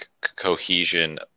cohesion